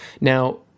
Now